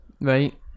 Right